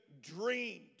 dreamed